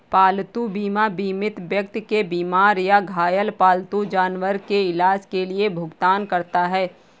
पालतू बीमा बीमित व्यक्ति के बीमार या घायल पालतू जानवर के इलाज के लिए भुगतान करता है